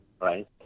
right